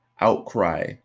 outcry